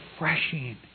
refreshing